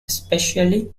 especially